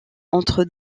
entre